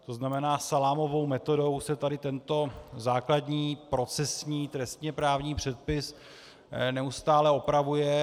To znamená, salámovou metodou se tady tento základní procesní trestněprávní předpis neustále opravuje.